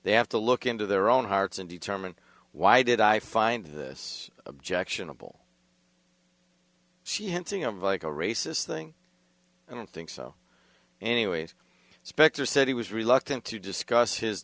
they have to look into their own hearts and determine why did i find this objectionable she hinting of a racist thing i don't think so anyways specter said he was reluctant to discuss his